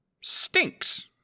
stinks